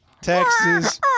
Texas